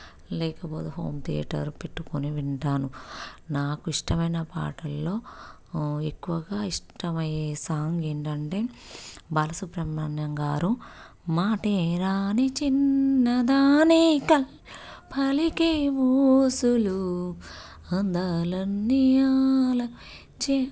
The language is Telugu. లేకపోతే హోమ్ థియేటర్ పెట్టుకొని వింటాను నాకు ఇష్టమైన పాటల్లో ఎక్కువగా ఇష్టమయ్యే సాంగ్ ఏంటంటే బాలసుబ్రహ్మణ్యంగారు మాటేరాని చిన్నదాని కళ్ళు పలికే ఊసులు అందాలన్ని ఆలకించే